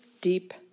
deep